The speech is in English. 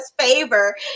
favor